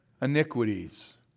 iniquities